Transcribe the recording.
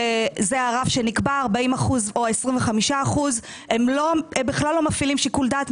שזה הרף שנקבע 40% או 25%. הם בכלל לא מפעילים שיקול דעת.